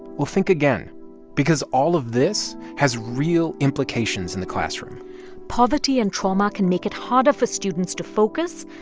well, think again because all of this has real implications in the classroom poverty and trauma can make it harder for students to focus,